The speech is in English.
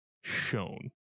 shown